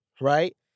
right